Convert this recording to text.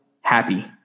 happy